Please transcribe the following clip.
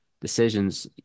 decisions